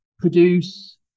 produce